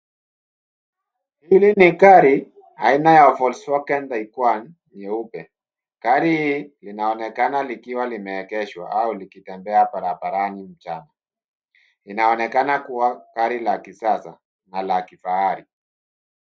Hili ni gari aina ya Volkswagen Tiguan nyeupe. Gari hii linaonekana likiwa limeegeshwa au likitembea barabarani mchana. Inaonekana kuwa gari la kisasa na la kifahari.